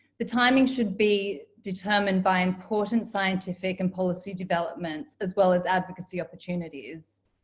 the timing should be determined by important scientific and policy developments, as well as advocacy opportunities.